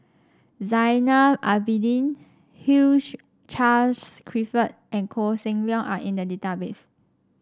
Zainal Abidin Hugh Charles Clifford and Koh Seng Leong are in the database